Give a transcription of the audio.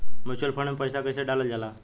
Mutual fund मे पईसा कइसे डालल जाला?